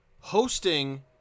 hosting